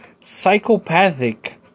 psychopathic